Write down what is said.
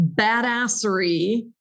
badassery